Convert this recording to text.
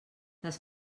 les